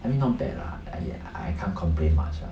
I mean not bad lah I I can't complain much ah